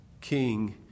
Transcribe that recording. king